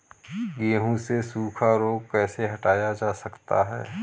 गेहूँ से सूखा रोग कैसे हटाया जा सकता है?